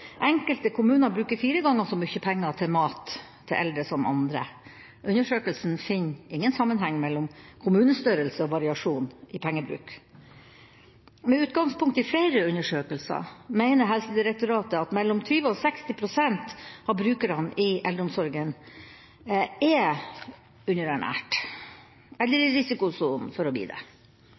Enkelte kommuner bruker fire ganger så mye penger på mat til eldre som andre. Undersøkelsen finner ingen sammenheng mellom kommunestørrelse og variasjon i pengebruk. Med utgangspunkt i flere undersøkelser mener Helsedirektoratet at 20–60 pst. av brukerne i eldreomsorgen er underernært eller er i risikosonen for å bli det.